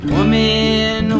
Woman